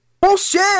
Bullshit